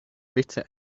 bitter